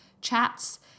chats